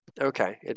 okay